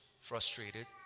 frustrated